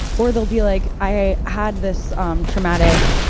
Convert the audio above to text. or they'll be like, i had this um traumatic